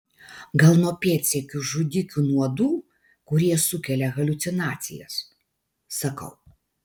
gal nuo pėdsekių žudikių nuodų kurie sukelia haliucinacijas sakau